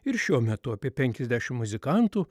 ir šiuo metu apie penkiasdešim muzikantų